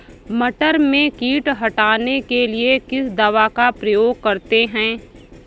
मटर में कीट हटाने के लिए किस दवा का प्रयोग करते हैं?